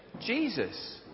Jesus